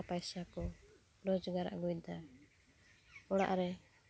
ᱴᱟᱠᱟ ᱯᱟᱭᱥᱟᱠᱩ ᱨᱚᱡᱽᱜᱟᱨ ᱟᱹᱜᱩᱭᱫᱟ ᱚᱲᱟᱜ ᱨᱮ